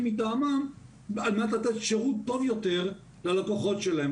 מטעמם על מנת לתת שירות טוב יותר ללקוחות שלהם.